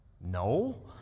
no